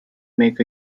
make